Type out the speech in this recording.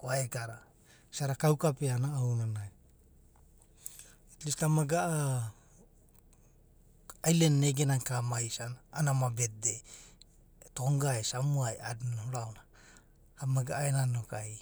goaega da, isada kam ailen na egenana ka ama isa nia ana ama betdei. Tonga and samoa a’adina avasaona ve. ama gana a’anana noku ai.